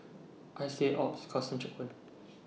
I C Alps Custom Checkpoint